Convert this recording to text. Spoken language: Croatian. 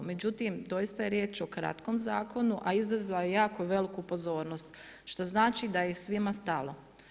Međutim, doista je riječ o kratkom zakonu a izazvao je jako veliku pozornost, što znači da je svima stalo.